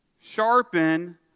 sharpen